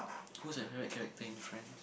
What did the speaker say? who's your favourite character in Friends